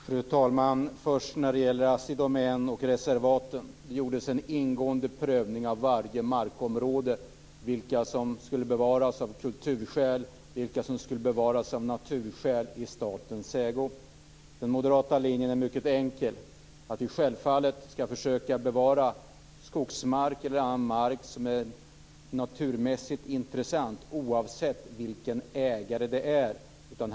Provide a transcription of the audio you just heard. Fru talman! Först när det gäller Assi Domän och reservaten: Det gjordes en ingående prövning av varje markområde, vilka som skulle bevaras av kulturskäl och vilka som skulle bevaras av naturskäl i statens ägo. Den moderata linjen är mycket enkel, nämligen att vi självfallet skall försöka bevara skogsmark eller annan mark som är naturmässigt intressant, oavsett vem som är ägare.